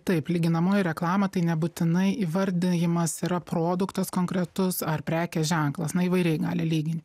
taip lyginamoji reklama tai nebūtinai įvardijimas yra produktas konkretus ar prekės ženklas na įvairiai gali lyginti